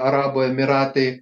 arabų emyratai